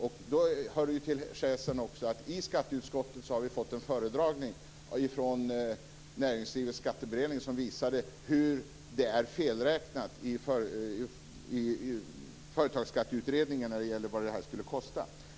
Det hör då också till schäsen att vi i skatteutskottet har fått en föredragning från Näringslivets skatteberedning som visade på felräkningar från Företagsskatteutredningen om vad det här skulle kosta.